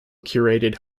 curated